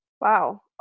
wow